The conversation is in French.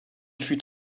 fut